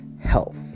health